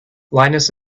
linus